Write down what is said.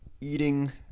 eating